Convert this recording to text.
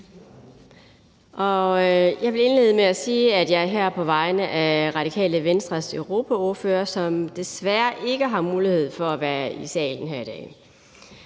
Jeg vil indlede med at sige, at jeg er her på vegne af Radikale Venstres europaordfører, som desværre ikke har mulighed for at være i salen her i dag.